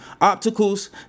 obstacles